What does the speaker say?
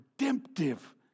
redemptive